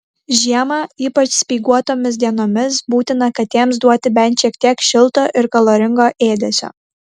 žiemą ypač speiguotomis dienomis būtina katėms duoti bent šiek tiek šilto ir kaloringo ėdesio